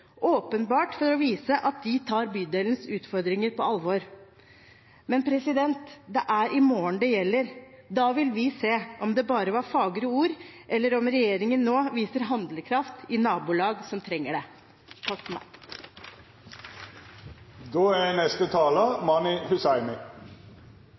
åpenbart for å vise at de tar bydelens utfordringer på alvor. Men det er i morgen det gjelder. Da vil vi se om det bare var fagre ord, eller om regjeringen nå viser handlekraft i nabolag som trenger det. Det viktigste for